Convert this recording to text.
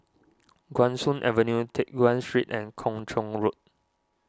Guan Soon Avenue Teck Guan Street and Kung Chong Road